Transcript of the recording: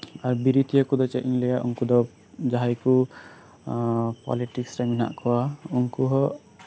ᱵᱤᱨᱤᱫ ᱠᱚᱫᱚ ᱪᱮᱫ ᱤᱧ ᱞᱟᱹᱭᱼᱟ ᱩᱱᱠᱩ ᱫᱚ ᱡᱟᱦᱟᱸᱭ ᱠᱚ ᱯᱚᱞᱤᱴᱤᱠᱥ ᱨᱮ ᱦᱮᱱᱟᱜ ᱠᱚᱣᱟ ᱩᱱᱠᱩ ᱦᱚᱸ